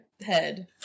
head